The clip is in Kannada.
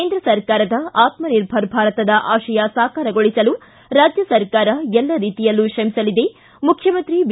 ಕೇಂದ್ರ ಸರ್ಕಾರದ ಆತ್ನ ನಿರ್ಭರ್ ಭಾರತದ ಆಶಯ ಸಾಕಾರಗೊಳಿಸಲು ರಾಜ್ಯ ಸರ್ಕಾರ ಎಲ್ಲ ರೀತಿಯಲ್ಲೂ ಶ್ರಮಿಸಲಿದೆ ಮುಖ್ಯಮಂತ್ರಿ ಬಿ